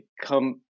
come